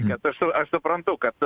nes aš su aš suprantu kad